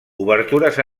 obertures